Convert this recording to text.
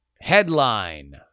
Headline